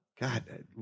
god